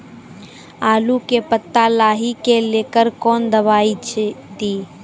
आलू के पत्ता लाही के लेकर कौन दवाई दी?